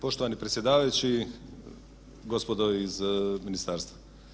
Poštovani predsjedavajući, gospodo iz ministarstva.